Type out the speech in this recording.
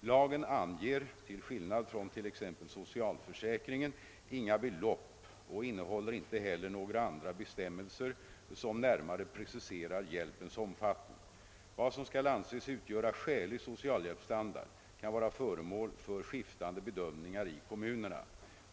Lagen anger till skillnad från t.ex. socialförsäkringen inga belopp och innehåller inte heller några andra bestämmelser som närmare preciserar hjälpens omfattning. Vad som skall anses utgöra skälig socialhjälpsstandard kan vara föremål för skiftande bedömningar i kommunerna.